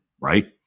right